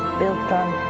built on